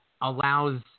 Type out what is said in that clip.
allows